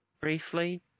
Briefly